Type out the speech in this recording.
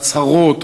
ההצהרות,